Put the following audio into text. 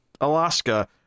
Alaska